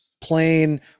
plain